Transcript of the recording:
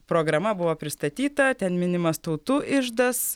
programa buvo pristatyta ten minimas tautų iždas